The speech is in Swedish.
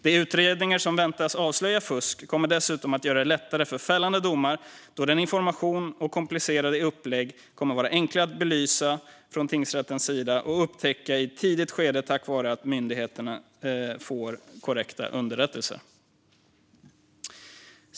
De utredningar som väntas avslöja fusk kommer dessutom att underlätta för fällande domar eftersom komplicerade upplägg kommer att vara enklare att belysa i tingsrätten och lättare upptäcka i ett tidigt skede tack vare att myndigheterna får korrekta underrättelser.